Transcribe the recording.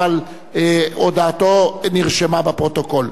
אבל הודעתו נרשמה בפרוטוקול.